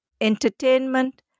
entertainment